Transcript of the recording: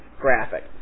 graphic